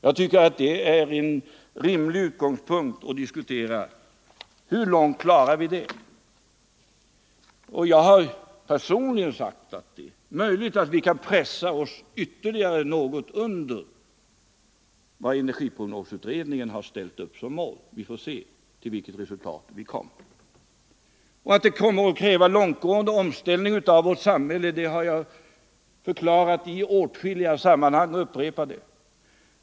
Jag tycker att det är en rimlig utgångspunkt för diskussionen: Hur långt klarar vi det? Och jag har personligen sagt att det är möjligt att vi kan pressa oss ytterligare något under vad energiprognosutredningen har ställt upp som mål; vi får se till vilket resultat vi kommer. Att detta kommer att kräva en långtgående omställning av vårt samhälle har jag förklarat i åtskilliga sammanhang, och upprepar det.